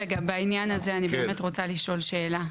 רגע בעניין הזה אני באמת רוצה לשאול שאלה.